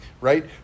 right